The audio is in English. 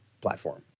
platform